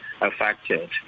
affected